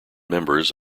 members